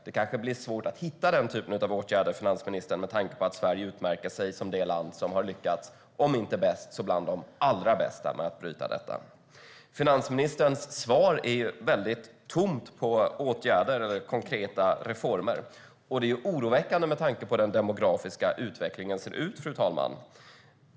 Det kanske blir svårt att hitta den typen av åtgärder, finansministern, med tanke på att Sverige utmärker sig som det land som har lyckats om inte bäst så bland de allra bästa länderna med att bryta detta. Finansministerns svar är tomt på förslag på åtgärder och konkreta reformer. Det är oroväckande med tanke på hur den demografiska utvecklingen ser ut, fru talman.